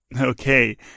Okay